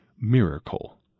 miracle